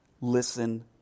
Listen